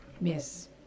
Yes